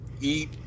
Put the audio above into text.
eat